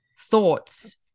thoughts